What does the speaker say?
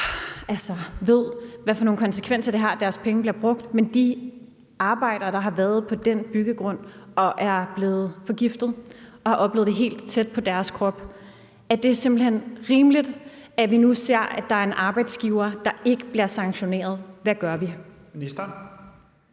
som ved, hvad for nogle konsekvenser det har, at deres penge bliver brugt, men er de arbejdere, der har været på den byggegrund og er blevet forgiftet og har oplevet det helt tæt på og på deres egen krop. Mener minsteren, at det er rimeligt, at vi nu ser, at der en arbejdsgiver her, der ikke bliver sanktioneret? Hvad gør vi?